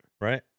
Right